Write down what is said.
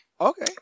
Okay